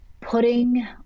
putting